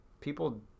people